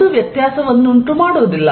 ಅದು ವ್ಯತ್ಯಾಸವನ್ನುಂಟು ಮಾಡುವುದಿಲ್ಲ